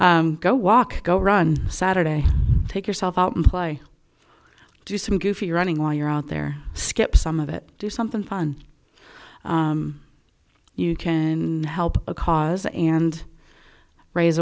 go walk go run saturday pick yourself up and play do some goofy running while you're out there skip some of it do something fun you can help a cause and raise